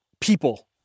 people